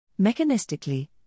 Mechanistically